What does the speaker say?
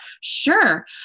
Sure